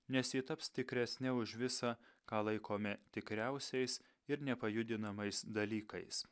nes ji taps tikresnė už visą ką laikome tikriausiais ir nepajudinamais dalykais